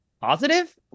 positive